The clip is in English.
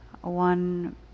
one